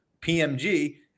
PMG